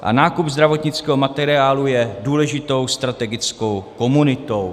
A nákup zdravotnického materiálu je důležitou strategickou komunitou.